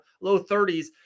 low-30s